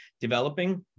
developing